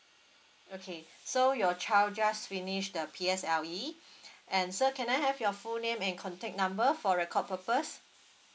okay so your child just finished the P_S_L_E and sir can I have your full name and contact number for record purpose